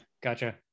Gotcha